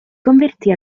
convertì